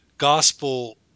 gospel